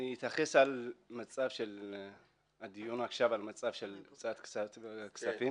אני אתייחס בדיון עכשיו למצב של הוצאת כספים.